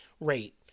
rate